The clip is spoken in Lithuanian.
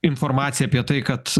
informacija apie tai kad